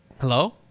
Hello